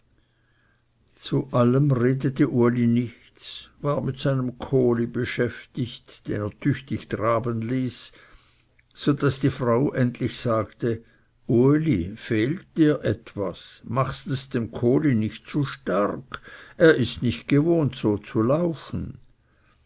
zu allem redete uli nichts war mit seinem kohli beschäftigt den er tüchtig traben ließ so daß endlich die frau sagte uli fehlt dir etwas machst es dem kohli nicht zu stark er ist nicht gewohnt so zu laufen